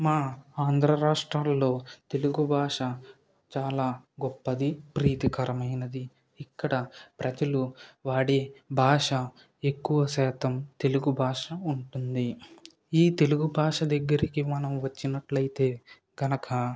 మా ఆంధ్ర రాష్ట్రంలో తెలుగు భాష చాలా గొప్పది ప్రీతికరమైనది ఇక్కడ ప్రజలు వాడే భాష ఎక్కువ శాతం తెలుగు భాష ఉంటుంది ఈ తెలుగు భాష దగ్గరికి మనం వచ్చినట్లయితే కనుక